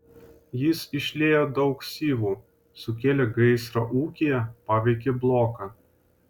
jis išliejo daug syvų sukėlė gaisrą ūkyje paveikė bloką